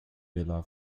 villa